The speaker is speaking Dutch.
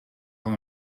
van